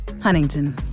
Huntington